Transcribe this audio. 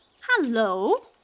Hello